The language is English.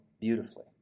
beautifully